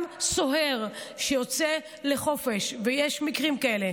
גם סוהר שיוצא לחופש ויש מקרים כאלה,